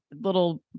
little